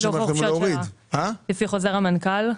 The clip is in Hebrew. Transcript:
לפי חוזר מנכ"ל,